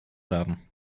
werden